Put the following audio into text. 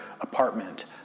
apartment